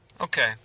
Okay